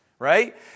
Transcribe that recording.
Right